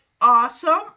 awesome